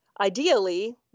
Ideally